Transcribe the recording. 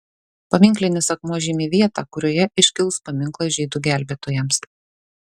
paminklinis akmuo žymi vietą kurioje iškils paminklas žydų gelbėtojams